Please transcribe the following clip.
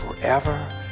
forever